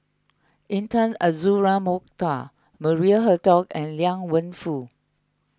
Intan Azura Mokhtar Maria Hertogh and Liang Wenfu